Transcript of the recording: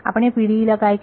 आपण या PDE ला काय केले